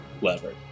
lever